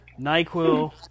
NyQuil